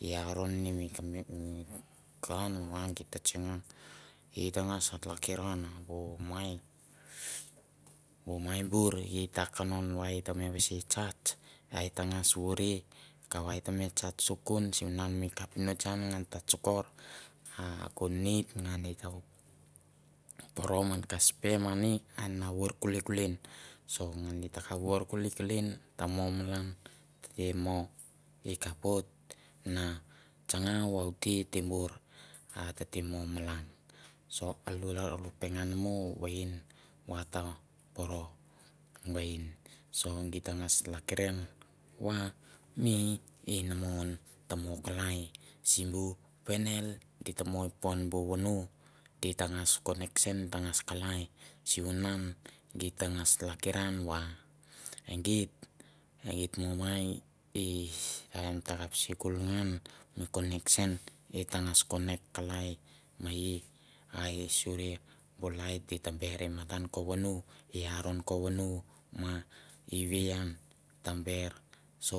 I aron ne mi kam ground va gi ta tsanga, i tangas tlakiran bu mai, bu mai bur gi ta kanon va ta vasi charge tangas vore kava e te me charge tukon sivunan mi kapinots an gnan ta tsokor a ko nid gna i ta poro men ka spare mani a na ver kulekulen, so ngan e takap vor kulikulin ta mo malan tete mo, i kapoit na tsanga vaute tembor a tete mo malan. So a lalro pengan mo vain wa to poro vain so git tangas lakiran va mi inamon ta mo kalai simbu panel gi ta mon i popon bu vono, di tangas connection tangas kalai sivunan gi tangas lakiran va e geit, e geit bu mai is taim takap sikul ngan mi connection kalia me i a i suri bu lait gi ta ber si